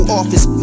office